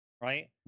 right